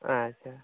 ᱟᱪᱪᱷᱟ